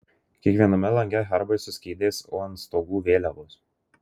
kiekviename lange herbai su skydais o ant stogų vėliavos